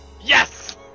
Yes